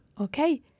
Okay